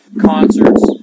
concerts